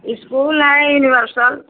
school नई universal